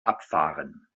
abfahren